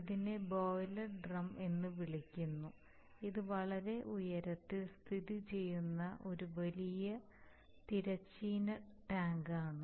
ഇതിനെ boiler drum എന്ന് വിളിക്കുന്നു ഇത് വളരെ ഉയരത്തിൽ സ്ഥിതിചെയ്യുന്ന ഒരു വലിയ തിരശ്ചീന ടാങ്കാണ്